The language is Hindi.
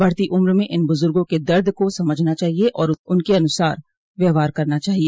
बढती उम्र में इन बुजुर्गो के दर्द को समझना चाहिए और उसके अनुसार व्यवहार करना चाहिए